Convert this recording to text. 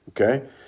okay